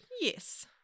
Yes